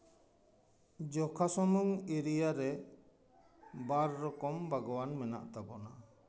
ᱡᱚᱠᱷᱟ ᱥᱩᱢᱩᱝ ᱮᱨᱤᱭᱟ ᱨᱮ ᱵᱟᱨ ᱨᱚᱠᱚᱢ ᱵᱟᱜᱽᱣᱟᱱ ᱢᱮᱱᱟᱜ ᱛᱟᱵᱚᱱᱟ